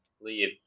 leave